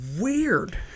weird